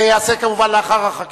זה ייעשה, כמובן, לאחר החקיקה.